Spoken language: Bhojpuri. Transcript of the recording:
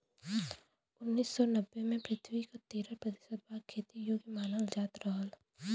उन्नीस सौ नब्बे में पृथ्वी क तेरह प्रतिशत भाग खेती योग्य मानल जात रहल